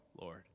Lord